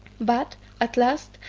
but, at last,